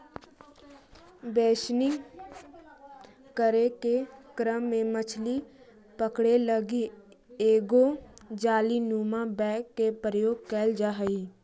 बेसनिंग करे के क्रम में मछली पकड़े लगी एगो जालीनुमा बैग के प्रयोग कैल जा हइ